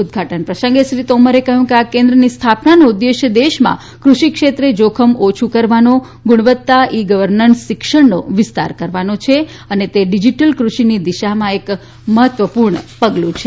ઉદઘાટન પ્રસંગે શ્રી તોમરે કહયું કે આ કેન્દ્રની સ્થાપનાનો ઉદેશ્ય દેશમાં કૃષિ ક્ષેત્રે જોખમ ઓછુ કરવાનો ગુણવત્તા ઇ ગવર્નન્સ શિક્ષણનો વિસ્તાર વધારવાનો છે અને તે ડીજીટલ કૃષિની દિશામાં એક મહત્વપુર્ણ પગલુ છે